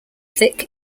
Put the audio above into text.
thick